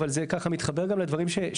אבל זה ככה מתחבר גם לדברים שציינת,